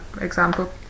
example